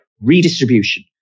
redistribution